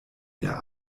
der